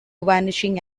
vanishing